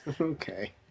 Okay